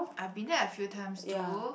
I've been there a few times too